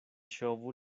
ŝovu